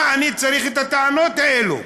מה אני צריך את הטענות האלו?